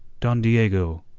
don diego.